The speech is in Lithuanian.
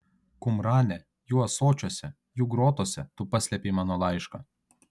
kumrane jų ąsočiuose jų grotose tu paslėpei mano laišką